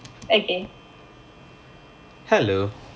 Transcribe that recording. hello